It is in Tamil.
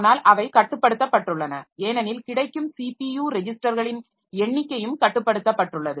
ஆனால் அவை கட்டுப்படுத்தபட்டுள்ளன ஏனெனில் கிடைக்கும் ஸிபியு ரெஜிஸ்டர்களின் எண்ணிக்கையும் கட்டுப்படுத்தப்பட்டுள்ளது